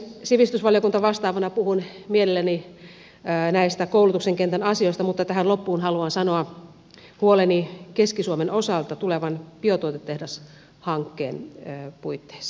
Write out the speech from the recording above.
sivistysvaliokuntavastaavana puhun mielelläni näistä koulutuksen kentän asioista mutta tähän loppuun haluan sanoa huoleni keski suomen osalta tulevan biotuotetehdashankkeen puitteissa